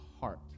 heart